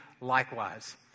Likewise